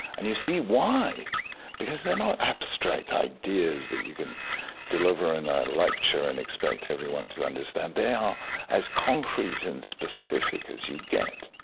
and you see why because they're not abstract ideas that you can deliver in a lecture and expect everyone to understand. they are as concrete and specific as you get.